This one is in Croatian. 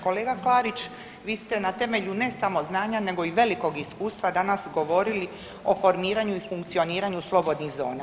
Kolega Klarić, vi ste na temelju ne samo znanja nego i velikog iskustva danas govorili o formiranju i funkcioniranju slobodnih zona.